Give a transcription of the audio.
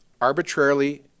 arbitrarily